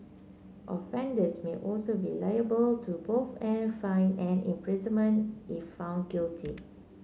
offenders may also be liable to both a fine and imprisonment if found guilty